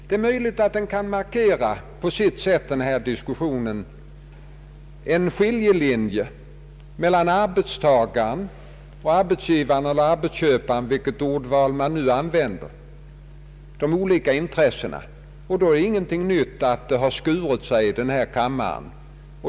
Det är möjligt att denna diskussion på sitt sätt kan markera en skiljelinje mellan olika intressen hos arbetstagaren och arbetsgivaren eller arbetsköparen — vilket ordval man nu använder. Då är det ingenting nytt att det har skurit sig i denna kammare.